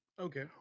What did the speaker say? Okay